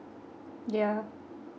yeah